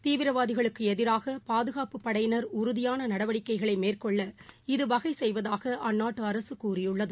தீவிரவாதிகளுக்குஎதிராகபாதுகாப்புப் படையினர் உறுதியானநடவடிக்கைகளைமேற்கொள்ள இது வகைசெய்வதாகஅந்நாட்டுஅரசுகூறியுள்ளது